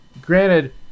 Granted